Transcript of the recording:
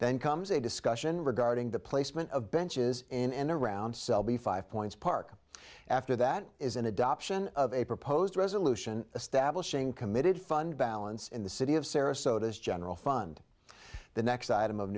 then comes a discussion regarding the placement of benches in and around selby five points park after that is an adoption of a proposed resolution establishing committed fund balance in the city of sarasota as general fund the next item of